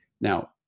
Now